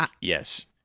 yes